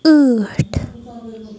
ٲٹھ